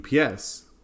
UPS